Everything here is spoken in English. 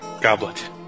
goblet